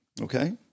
okay